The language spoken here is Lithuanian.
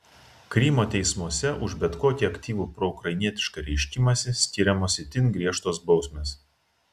krymo teismuose už bet kokį aktyvų proukrainietišką reiškimąsi skiriamos itin griežtos bausmės